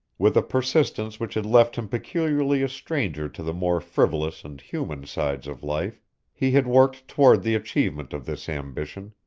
with a persistence which had left him peculiarly a stranger to the more frivolous and human sides of life he had worked toward the achievement of this ambition,